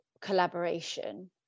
collaboration